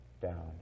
down